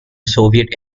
soviet